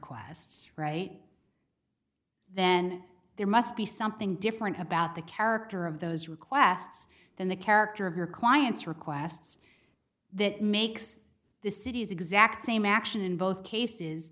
requests right then there must be something different about the character of those requests than the character of your client's requests that makes the city's exact same action in both